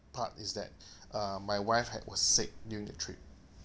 part is that uh my wife ha~ was sick during the trip